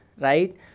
right